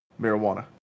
marijuana